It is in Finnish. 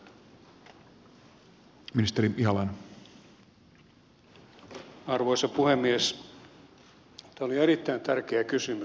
tämä oli erittäin tärkeä kysymys